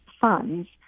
funds